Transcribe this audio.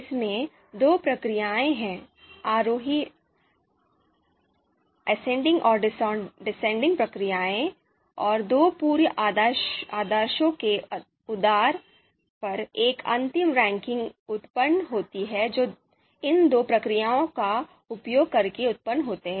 इसमें दो प्रक्रियाएं हैं ascending and descending distillation प्रक्रियाएं और दो पूर्व आदेशों के आधार पर एक अंतिम रैंकिंग उत्पन्न होती है जो इन दो प्रक्रियाओं का उपयोग करके उत्पन्न होती हैं